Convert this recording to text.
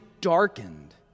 darkened